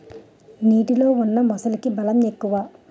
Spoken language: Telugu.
నీటిలో ఉన్న మొసలికి బలం ఎక్కువ